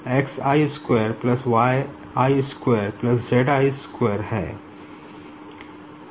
इसलिए टेस हैं